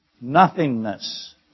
nothingness